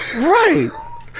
right